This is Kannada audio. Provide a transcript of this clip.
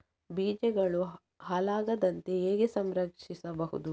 ಬೀಜಗಳು ಹಾಳಾಗದಂತೆ ಹೇಗೆ ಸಂರಕ್ಷಿಸಬಹುದು?